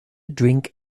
drink